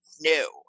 no